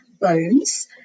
Bones